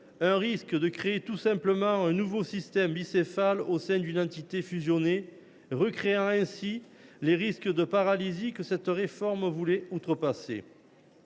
sénateurs, de créer tout simplement un nouveau système bicéphale au sein d’une entité fusionnée, recréant ainsi les risques de paralysie que cette réforme voulait outrepasser.